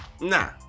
nah